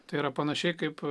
tai yra panašiai kaip